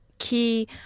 key